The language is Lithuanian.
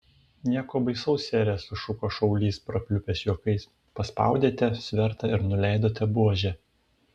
nieko baisaus sere sušuko šaulys prapliupęs juokais paspaudėte svertą ir nuleidote buožę